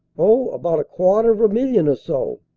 oh, about a quarter of a million or so.